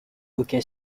hockey